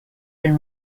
been